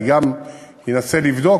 אני אנסה לבדוק,